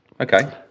Okay